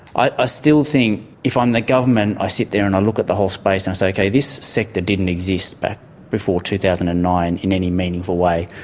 i ah still think if i'm the government i sit there and i look at the whole space, and i say, okay, this sector didn't exist but before two thousand and nine in any meaningful way.